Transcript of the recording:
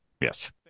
yes